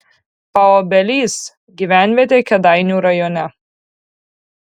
paobelys gyvenvietė kėdainių rajone